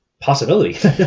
possibility